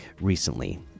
recently